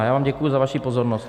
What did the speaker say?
Já vám děkuji za vaši pozornost.